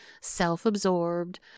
self-absorbed